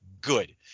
good